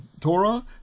Torah